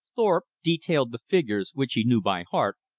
thorpe detailed the figures, which he knew by heart,